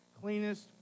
cleanest